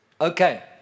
Okay